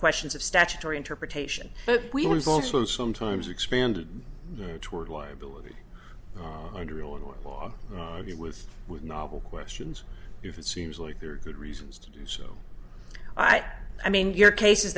questions of statutory interpretation but we also sometimes expanded toward liability under illinois law it was novel questions if it seems like there are good reasons to do so i i mean your case